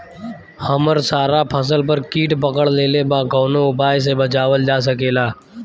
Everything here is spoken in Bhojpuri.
हमर सारा फसल पर कीट पकड़ लेले बा कवनो उपाय से बचावल जा सकेला?